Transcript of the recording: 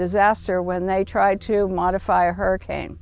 disaster when they tried to modify hurricane